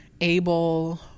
able